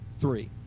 three